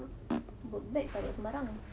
taruk bag sembarang